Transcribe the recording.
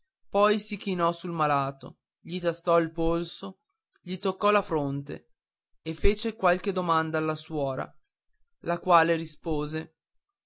poi si chinò sul malato gli tastò il polso gli toccò la fronte e fece qualche domanda alla suora la quale rispose